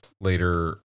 later